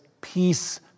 peace